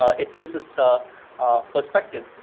it gives us ah perspective.